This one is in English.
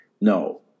no